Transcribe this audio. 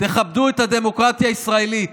תכבדו את הדמוקרטיה הישראלית.